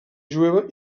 jueva